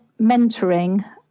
mentoring